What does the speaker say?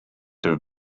have